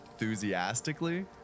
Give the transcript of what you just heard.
enthusiastically